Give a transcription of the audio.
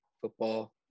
football